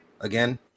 again